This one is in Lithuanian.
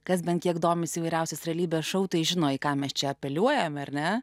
kas bent kiek domisi įvairiausiais realybės šou tai žino į ką mes čia apeliuojame ar ne